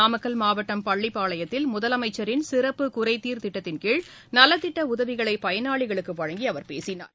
நாமக்கல் மாவட்டம் பள்ளிப் பாளையத்தில் முதலமைச்சரின் சிறப்பு குறைதீர் திட்டத்தின் கீழ் நலத்திட்ட உதவிகளை பயனாளிகளுக்கு வழங்கி அவர் பேசினார்